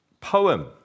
poem